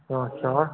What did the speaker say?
अच्छा